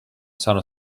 sono